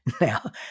Now